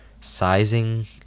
sizing